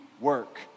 work